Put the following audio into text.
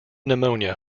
pneumonia